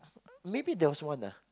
maybe there was one ah